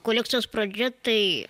kolekcijos pradžia tai